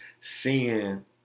seeing